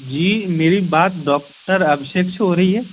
जी मेरी बात डॉक्टर अभिषेक से हो रही है